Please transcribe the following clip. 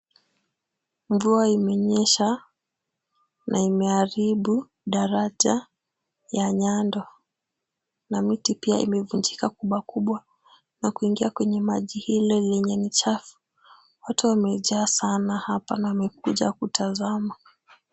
Mvua imenyesha na imeharibu daraja ya nyando na miti pia imevunjika kubwa kubwa na kuingia kwenye maji ile lenye ni chafu. Watu wamejaa sana hapa na wamekuja kutazama.